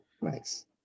Nice